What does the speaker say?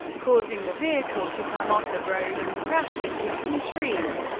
causing the vehicle to come off the road and crash into some trees.